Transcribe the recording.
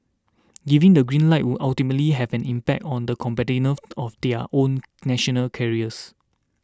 giving the green light would ultimately have an impact on the competitiveness of their own national carriers